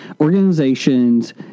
organizations